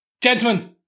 Gentlemen